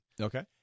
okay